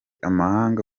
amahanga